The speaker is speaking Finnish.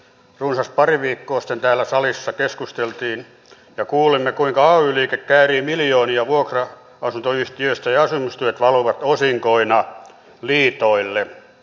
runsas pari viikkoa sitten täällä salissa keskusteltiin ja kuulimme kuinka ay liike käärii miljoonia vuokra asuntoyhtiöistä ja asumistuet valuvat osinkoina liitoille